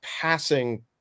passing